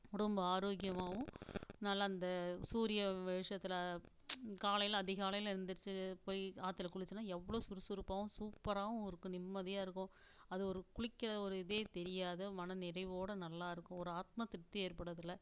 உடம்பு ஆரோக்கியமாகவும் நல்லா இந்த சூரிய வெளிச்சத்தில் காலையில் அதிகாலையில் எழுந்திரித்து போய் ஆற்றுல குளித்தோன்னா எவ்வளோ சுறுசுறுப்பாகவும் சூப்பராகவும் இருக்கும் நிம்மதியாக இருக்கும் அது ஒரு குளிக்கிற ஒரு இதே தெரியாது மன நிறைவோடு நல்லா இருக்கும் ஒரு ஆத்ம திருப்தி ஏற்படும் அதில்